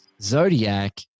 Zodiac